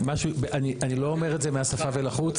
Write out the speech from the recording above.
אני לא אומר את זה מהשפה אל החוץ.